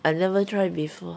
I never try before